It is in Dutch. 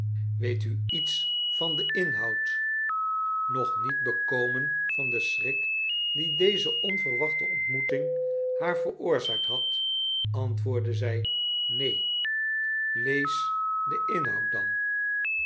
weet u lets van den inhoud nog niet bekomen van den schrik dien deze onverwachte ontmoeting haar veroorzaakt had antwoordde zij neen lees den inhoud dan